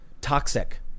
Toxic